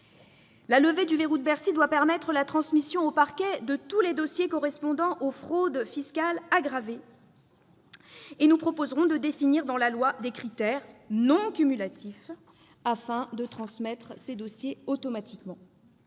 La levée du verrou de Bercy doit permettre la transmission aux parquets de tous les dossiers correspondant aux fraudes fiscales aggravées. Nous proposerons de définir dans la loi les critères non cumulatifs qui détermineront l'envoi automatique